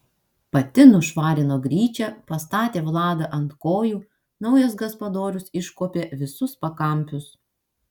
pati nušvarino gryčią pastatė vladą ant kojų naujas gaspadorius iškuopė visus pakampius